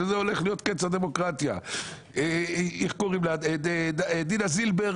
והולך להיות קץ הדמוקרטיה; דינה זילבר,